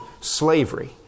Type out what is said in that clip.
slavery